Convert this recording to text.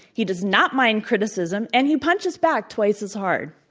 he does not mind criticism, and he punches back twice as hard.